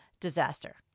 disaster